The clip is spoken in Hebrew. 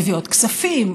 שמביאות כספים,